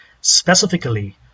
specifically